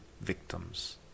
victims